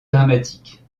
dramatique